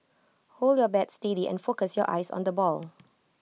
hold your bat steady and focus your eyes on the ball